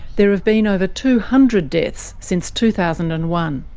there have been over two hundred deaths since two thousand and one.